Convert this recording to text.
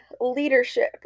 leadership